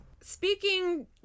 speaking